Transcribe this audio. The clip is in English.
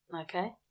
Okay